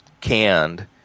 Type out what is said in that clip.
canned